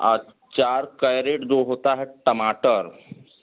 आ चार कैरेट जो होता है टमाटर